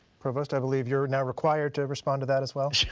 provost, i believe you're now required to respond to that as well.